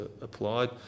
applied